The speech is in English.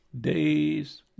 Days